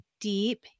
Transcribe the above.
deep